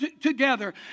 together